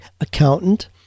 accountant